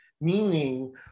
meaning